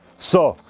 so.